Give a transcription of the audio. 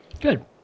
Good